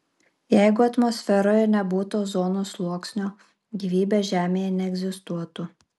jeigu atmosferoje nebūtų ozono sluoksnio gyvybė žemėje neegzistuotų